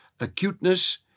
acuteness